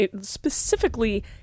specifically